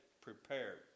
prepared